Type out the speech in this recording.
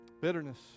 bitterness